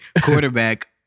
Quarterback